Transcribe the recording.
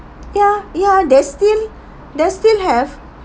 ya ya there's still there's still have